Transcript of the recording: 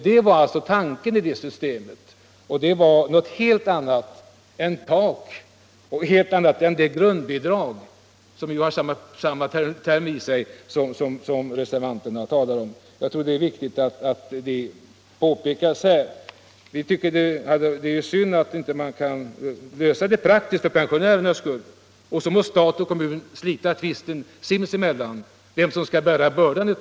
Detta var alltså tanken i det här systemet, och det är något helt annat än det grundbidrag som har samma term i sig och som reservanterna talar om. Jag tror att det är viktigt att det påpekas här. Vi tycker att det är synd att man inte kan lösa frågan praktiskt för pensionärernas skull. Sedan må stat och kommun slita tvisten sinsemellan om vem som skall bära bördan.